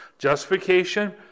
Justification